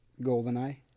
GoldenEye